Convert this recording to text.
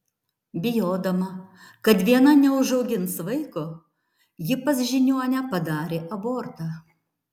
bijodama kad viena neužaugins vaiko ji pas žiniuonę padarė abortą